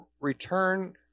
return